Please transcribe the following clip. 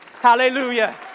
Hallelujah